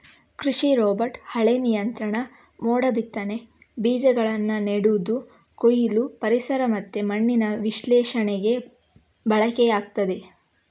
ಕೃಷಿ ರೋಬೋಟ್ ಕಳೆ ನಿಯಂತ್ರಣ, ಮೋಡ ಬಿತ್ತನೆ, ಬೀಜಗಳನ್ನ ನೆಡುದು, ಕೊಯ್ಲು, ಪರಿಸರ ಮತ್ತೆ ಮಣ್ಣಿನ ವಿಶ್ಲೇಷಣೆಗೆ ಬಳಕೆಯಾಗ್ತದೆ